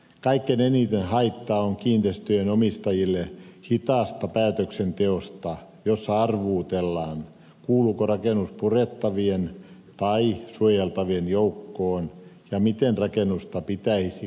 kaikkein eniten haittaa kiinteistönomistajille on hitaasta päätöksenteosta jossa arvuutellaan kuuluuko rakennus purettavien vai suojeltavien joukkoon ja miten rakennusta pitäisi korjata